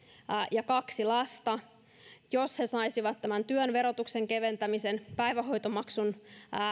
ja kaksi lasta saisi tämän työn verotuksen keventämisen päivähoitomaksun